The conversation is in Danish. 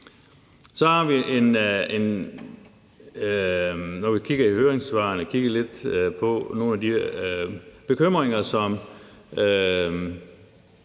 Så har vi, når vi har kigget i høringssvarene, også kigget lidt på nogle af de bekymringer, som